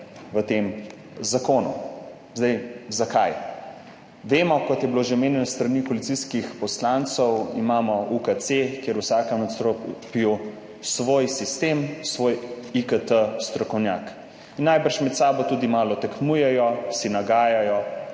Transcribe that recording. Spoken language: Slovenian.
(Nadaljevanje) Zdaj, zakaj? Vemo, kot je bilo že omenjeno s strani koalicijskih poslancev, imamo UKC, kjer v vsakem nadstropju svoj sistem, svoj IKT strokovnjak in najbrž med sabo tudi malo tekmujejo, si nagajajo